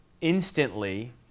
instantly